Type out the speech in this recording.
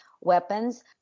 weapons